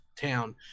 town